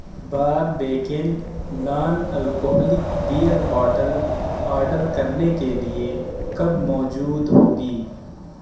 Barbican non alcoholic beer bottle order کرنے کے لیے کب موجود ہوگی